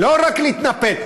לא רק להתנפל.